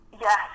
Yes